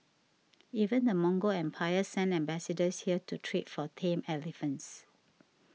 even the Mongol empire sent ambassadors here to trade for tame elephants